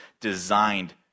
designed